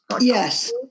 yes